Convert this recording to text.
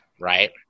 right